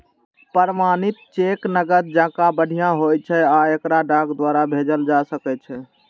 प्रमाणित चेक नकद जकां बढ़िया होइ छै आ एकरा डाक द्वारा भेजल जा सकै छै